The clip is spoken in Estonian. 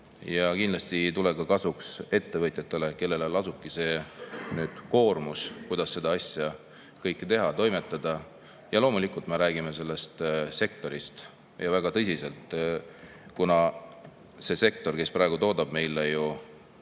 ja kindlasti ei tule kasuks ettevõtjatele, kellel lasubki see koormus, kuidas kogu seda asja teha, sellega toimetada. Loomulikult, me räägime sellest sektorist, ja väga tõsiselt, kuna see sektor, kes praegu toodab jooke,